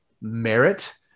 merit